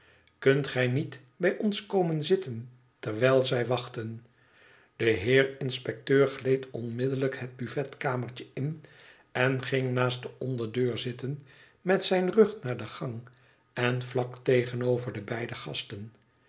kunt gij niet bij ons komen zitten terwijl zij wachten de heer inspecteur gleed onmiddellijk het buffetkamertje in en ging naast de onderdeur zitten met zijn rug naar de gang en vlak tegenover de beide gasten